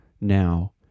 now